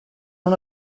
una